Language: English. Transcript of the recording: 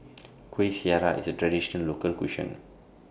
Kueh Syara IS A Traditional Local Cuisine